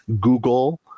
Google